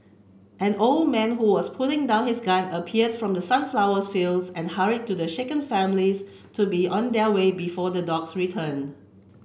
an old man who was putting down his gun appeared from the sunflower fields and hurried the shaken families to be on their way before the dogs return